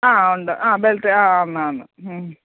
ആ ഉണ്ട് ആ ബെല്ട്ട് ആ ആണ് ആണ്